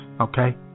okay